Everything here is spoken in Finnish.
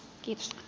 kiitos